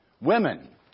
Women